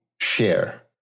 share